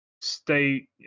state